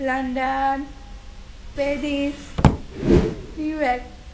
London Paris New York